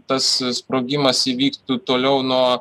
tas sprogimas įvyktų toliau nuo